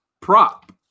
prop